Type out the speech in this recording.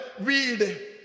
weed